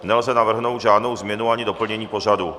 Nelze navrhnout žádnou změnu ani doplnění pořadu.